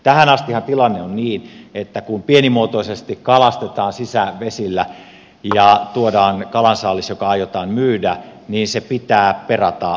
tähän astihan tilanne on niin että kun pienimuotoisesti kalastetaan sisävesillä ja tuodaan kalansaalis joka aiotaan myydä se pitää perata veneessä